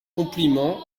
compliment